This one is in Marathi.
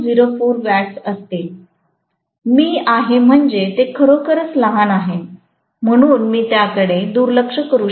04 वॅट्स असतील मी आहे म्हणजे ते खरोखरच लहान असेल म्हणून मी त्याकडे दुर्लक्ष करू शकेन